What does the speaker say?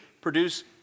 produce